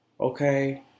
Okay